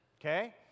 Okay